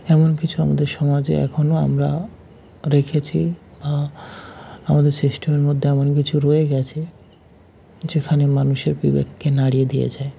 এমন কিছু আমাদের সমাজে এখনো আমরা রেখেছি বা আমাদের সিস্টেমের মধ্যে এমন কিছু রয়ে গেছে যেখানে মানুষের বিবেককে নাড়িয়ে দিয়ে যায়